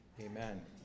Amen